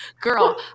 Girl